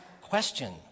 question